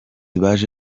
baje